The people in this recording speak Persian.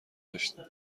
داشتیم